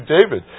David